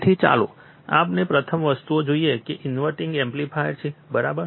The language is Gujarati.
તેથી ચાલો આપણે પ્રથમ વસ્તુ જોઈએ જે ઇન્વર્ટીંગ એમ્પ્લીફાયર છે બરાબર